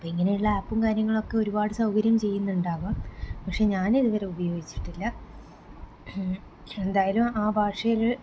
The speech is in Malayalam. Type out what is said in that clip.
അപ്പം ഇങ്ങനെയുള്ള ആപ്പും കാര്യങ്ങളൊക്കെ ഒരുപാട് സൗകര്യം ചെയ്യുന്നുണ്ടാകാം പക്ഷേ ഞാൻ ഇത് വരെ ഉപയോഗിച്ചിട്ടില്ല എന്തായാലും ആ ഭാഷയില്